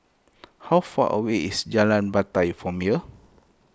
how far away is Jalan Batai from here